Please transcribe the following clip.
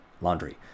laundry